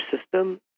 system